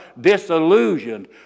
disillusioned